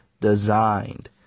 designed